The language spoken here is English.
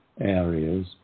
areas